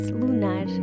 lunar